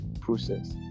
process